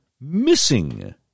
missing